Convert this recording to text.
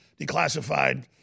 Declassified